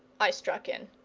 i struck in.